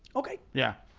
okay. yeah,